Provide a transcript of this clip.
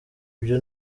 ibyo